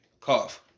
Cough